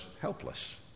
helpless